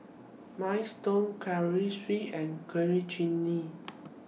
Minestrone Currywurst and Coriander Chutney